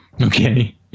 okay